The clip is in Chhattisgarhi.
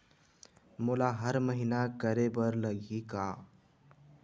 मोला हर महीना करे बर लगही का?